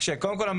שקודם כל,